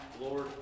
Lord